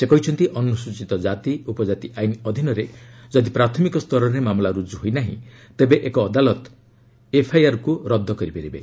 ସେ କହିଛନ୍ତି ଅନୁସ୍ରଚିତ ଜାତି ଉପକାତି ଆଇନ ଅଧୀନରେ ଯଦି ପ୍ରାଥମିକ ସ୍ତରରେ ମାମଲା ରୁଜୁ ହୋଇନାହିଁ ତେବେ ଏକ ଅଦାଲତ ଏଫ୍ଆଇଆର୍କୁ ରଦ୍ଦ କରିପାରିବେ